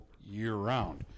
year-round